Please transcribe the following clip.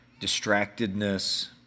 distractedness